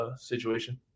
situation